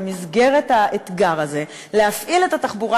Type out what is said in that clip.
במסגרת האתגר הזה להפעיל את התחבורה